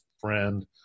friend